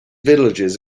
villages